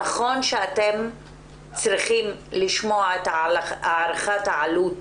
נכון שאתם צריכים לשמוע את הערכת העלות